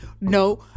No